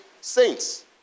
saints